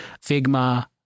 Figma